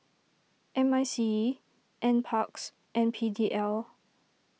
M I C E NParks and P D L